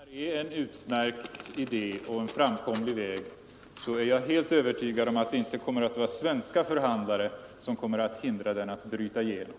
Herr talman! Om det här är en utmärkt idé och en framkomlig väg är jag helt säker på att det inte kommer att vara svenska förhandlare som kommer att hindra den att bryta igenom.